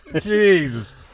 Jesus